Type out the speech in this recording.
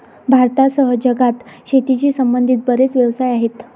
भारतासह जगात शेतीशी संबंधित बरेच व्यवसाय आहेत